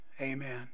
Amen